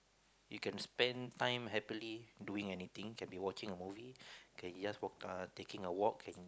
you can spend time happily doing anything can be watching a movie can you just walk uh taking a walk can be